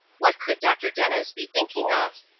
what could dr. dennis be thinking of?